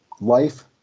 Life